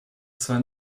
zwar